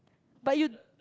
but you